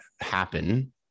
happen